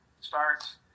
starts